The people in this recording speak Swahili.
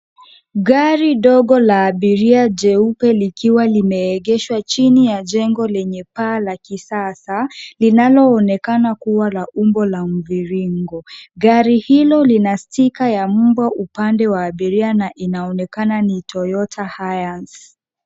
Gari dogo la abiria jeupe likiwa limeegeshwa chini ya jengo lenye paa la kisasa linaloonekana kuwa la umbo la mviringo. Gari hilo lina stika ya mbwa upande wa abiria na inaonekana ni Toyota Hiace.